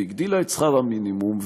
והגדילה את שכר המינימום,